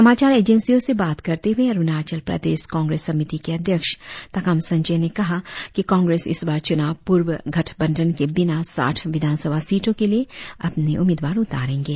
समाचार एजेंसियों से बात करते हुए अरुणाचल प्रदेश कांग्रेस समिति के अध्यक्ष ताकाम संजोय ने कहा कि कांग्रेस इस बार चुनाव पूर्व गठ बंधन के बिना साठ विधान सभा सीटों के लिए अपनी उम्मीदवार उतारेंगे